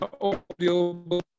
audio